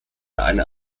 einer